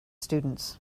students